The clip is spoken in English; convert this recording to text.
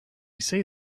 say